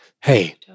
hey